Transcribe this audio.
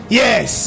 yes